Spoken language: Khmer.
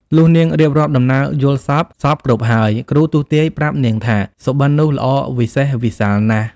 លុះនាងរៀបរាប់ដំណើរយល់សប្តិ សព្វគ្រប់ហើយ គ្រូទស្សន៍ទាយប្រាប់នាងថា សុបិននោះ ល្អវិសេស វិសាលណាស់ ។